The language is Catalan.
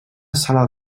sala